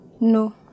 No